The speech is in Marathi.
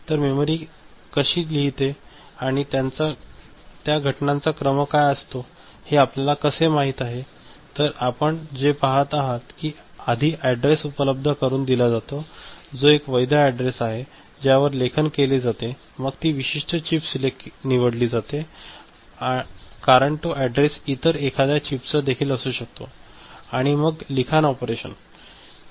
तर मेमरी कशी लिहिते आणि त्या घटनांचा क्रम काय असतो हे आपल्याला कसे माहित आहे तर आपण जे पहात आहात कि आधी ऍडरेस उपलब्ध करुन दिला जातो जो एक वैध ऍडरेस आहे ज्यावर लेखन केले जाते मग ती विशिष्ट चिप निवडली गेली आहे कारण तो ऍडरेस इतर एखाद्या चिपचा देखील असू शकतो आणि मग लिखान ऑपरेशन